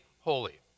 Holy